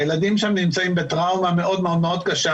הילדים שם נמצאים בטראומה מאוד מאוד קשה